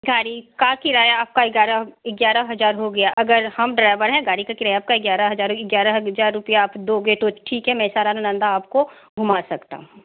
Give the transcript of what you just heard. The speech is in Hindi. गाड़ी का किराया आपका ग्यारह ग्यारह हजार हो गया अगर हम ड्राइवर हैं गाड़ी का किराया आपका ग्यारह हजार ग्यारह हजार रुपया आप दोगे तो ठीक है मैं सारा नालंदा आपको घूमा सकता हूँ